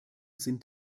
sind